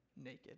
Naked